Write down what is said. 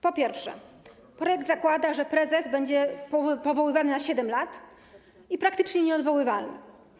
Po pierwsze, projekt zakłada, że prezes będzie powoływany na 7 lat i praktycznie będzie nieodwoływalny.